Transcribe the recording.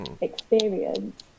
experience